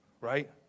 right